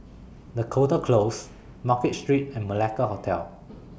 Dakota Close Market Street and Malacca Hotel